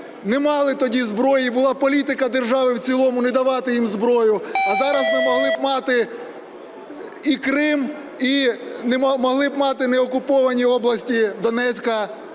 не мали тоді зброї, була політика держави в цілому не давати їм зброю. А зараз ми могли б мати і Крим, і могли мати не окуповані області Донецька